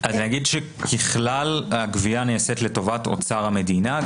ככלל הגבייה נעשית לטובת אוצר המדינה.